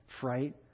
fright